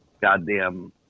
goddamn